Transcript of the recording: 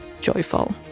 joyful